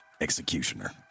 executioner